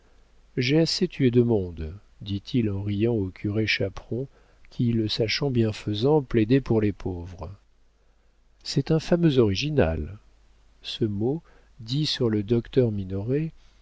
j'ai assez tué de monde dit-il en riant au curé chaperon qui le sachant bienfaisant plaidait pour les pauvres c'est un fameux original ce mot dit sur le docteur minoret